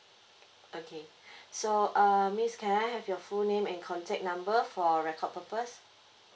okay so uh miss can I have your full name and contact number for record purpose